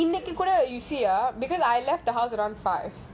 you see right because I left the house around five